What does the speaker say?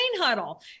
huddle